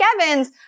Evans